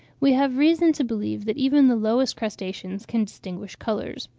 we have reason to believe that even the lowest crustaceans can distinguish colours.